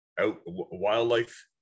wildlife